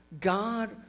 God